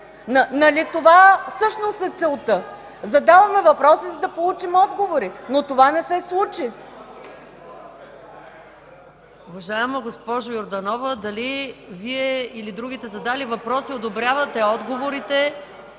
Нали това всъщност е целта? Задаваме въпроси, за да получим отговори, но това не се случи.